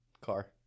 Car